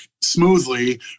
smoothly